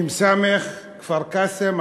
מ"ס כפר-קאסם.